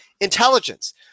intelligence